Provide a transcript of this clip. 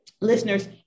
listeners